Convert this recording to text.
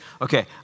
okay